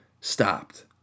stopped